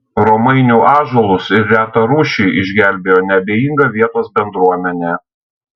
romainių ąžuolus ir retą rūšį išgelbėjo neabejinga vietos bendruomenė